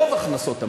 רוב הכנסות המדינה,